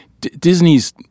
Disney's